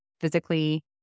physically